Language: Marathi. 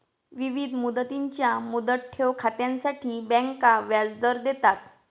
विविध मुदतींच्या मुदत ठेव खात्यांसाठी बँका व्याजदर देतात